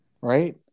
right